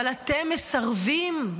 אבל אתם מסרבים,